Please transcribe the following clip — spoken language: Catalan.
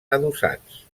adossats